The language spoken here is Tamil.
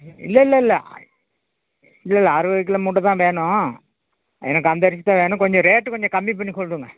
இல்லல்லல்ல இல்லல்ல அறுபது கிலோ மூட்டை தான் வேணும் எனக்கு அந்த அரிசி தான் வேணும் கொஞ்சம் ரேட்டு கொஞ்சம் கம்மி பண்ணி சொல்லுங்கள்